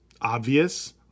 obvious